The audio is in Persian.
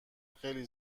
خیلی